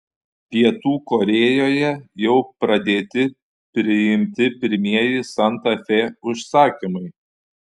pietų korėjoje jau pradėti priimti pirmieji santa fe užsakymai